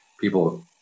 people